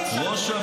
שכולם,